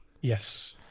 yes